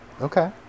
Okay